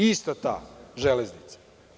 Ista ta železnica.